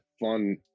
fun